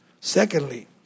Secondly